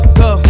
go